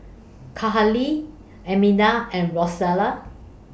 Kahlil Armida and Rosella